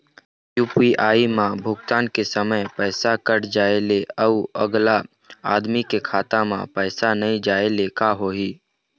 UPI म भुगतान के समय पैसा कट जाय ले, अउ अगला आदमी के खाता म पैसा नई जाय ले का होही?